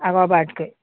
আগৰ বাৰতকৈ